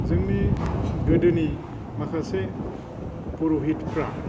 जोंनि गोदोनि माखासे फुरहितफ्रा